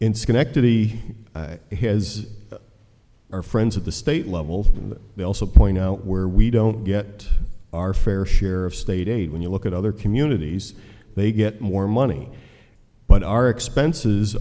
in schenectady he has our friends at the state level they also point out where we don't get our fair share of state aid when you look at other communities they get more money but our expenses